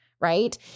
right